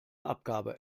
abgabe